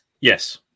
Yes